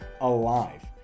alive